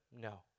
no